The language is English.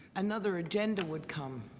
another agenda would come.